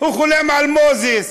הוא חולם על מוזס,